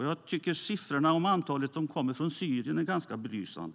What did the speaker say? Jag tycker att siffrorna på antalet som kommer från Syrien är ganska belysande.